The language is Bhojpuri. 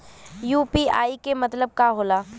यू.पी.आई के मतलब का होला?